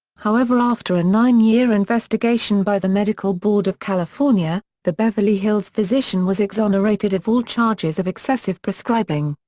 however after a nine-year investigation by the medical board of california, the beverly hills physician was exonerated of all charges of excessive prescribing.